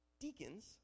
deacons